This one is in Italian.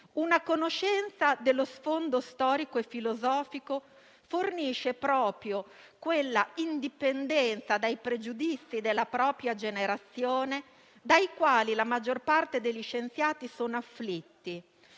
«Una conoscenza dello sfondo storico e filosofico fornisce proprio quella indipendenza dai pregiudizi della propria generazione dai quali la maggior parte degli scienziati sono afflitti.